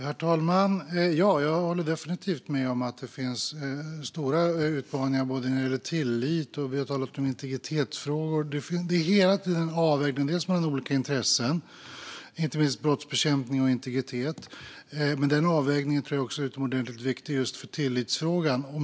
Herr talman! Ja, jag håller definitivt med om att det finns stora utmaningar när det gäller tillit, och vi har talat om integritetsfrågor. Det är hela tiden en avvägning mellan olika intressen, inte minst brottsbekämpning och integritet. Den avvägningen tror jag också är utomordentligt viktig just för tillitsfrågan.